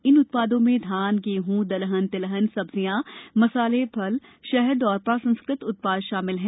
इन उत्पादों में धान गेंह दलहन तिलहन सब्जियां मसाले फल शहद और प्रसंस्कृत उत्पाद शामिल हैं